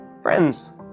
Friends